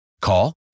Call